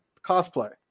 cosplay